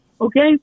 Okay